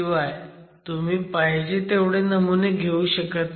शिवाय तुम्ही पाहिजे तेवढे नमुने घेऊ शकत नाही